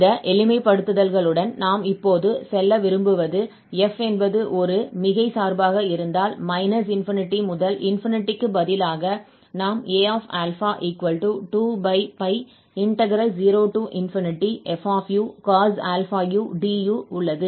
இந்த எளிமைப்படுத்தல்களுடன் நாம் இப்போது செல்ல விரும்புவது f என்பது ஒரு மிகை சார்பாக இருந்தால் ∞ முதல் க்கு பதிலாக நாம் A 20fucos αu du உள்ளது